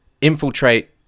infiltrate